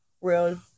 real